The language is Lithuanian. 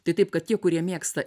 tai taip kad tie kurie mėgsta